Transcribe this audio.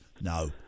No